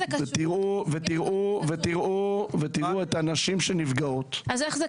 תראו את הנשים שנפגעות -- איך זה קשור?